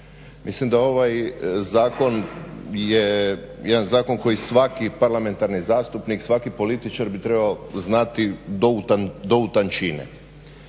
Mislim da ovaj zakon je jedan zakon koji svaki parlamentarni zastupnik, svaki političar bi trebao znati do u tančine.